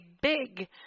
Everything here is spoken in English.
big